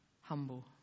humble